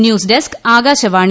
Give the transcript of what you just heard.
news desk Akashvani